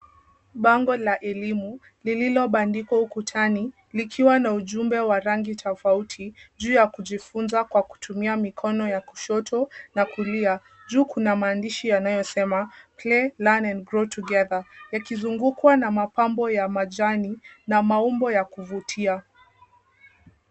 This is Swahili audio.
Bango la elimu lililobandikwa ukutani likiwa na ujumbe wa rangi tofauti juu ya kujifunza kwa kutumia mikono ya kushoto na kulia. Juu kuna maandishi yanayosema Play Learn & Grow Together yakizungukwa na mapambo ya majani na maumbo ya kuvutia.